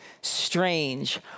strange